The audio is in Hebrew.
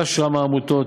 רשם העמותות,